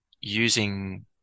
using